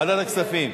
ועדת הכספים.